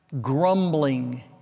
grumbling